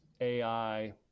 AI